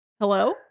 Hello